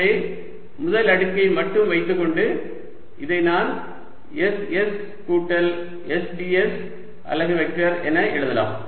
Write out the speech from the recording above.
எனவே முதல் அடுக்கை மட்டும் வைத்துக்கொண்டு இதை நான் s s கூட்டல் s ds அலகு வெக்டர் என எழுதலாம்